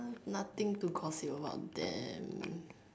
nothing to gossip about them